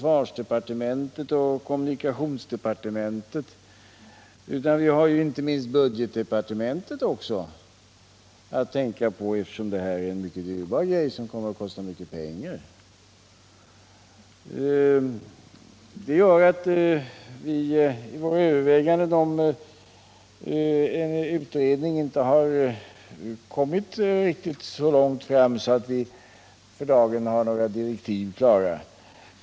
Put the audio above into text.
Vi har också inte minst budgetdepartementet att tänka på, eftersom civil flygförarutbildning är en mycket dyrbar grej. Det gör att vi i våra överväganden om en utredning inte har kommit riktigt så långt att vi för dagen har några direktiv klara.